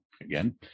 again